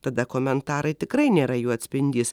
tada komentarai tikrai nėra jų atspindintis